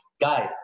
Guys